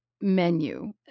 menu